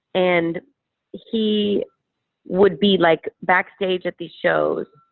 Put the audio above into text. and he would be like backstage at these shows.